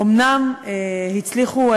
אומנם הצליחו,